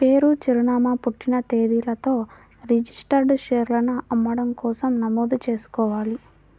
పేరు, చిరునామా, పుట్టిన తేదీలతో రిజిస్టర్డ్ షేర్లను అమ్మడం కోసం నమోదు చేసుకోవాలి